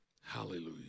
Hallelujah